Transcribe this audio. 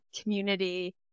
community